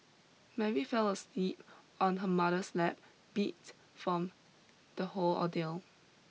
Mary fell asleep on her mother's lap beats from the whole ordeal